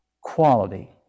quality